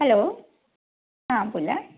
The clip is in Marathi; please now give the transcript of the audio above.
हॅलो हां बोला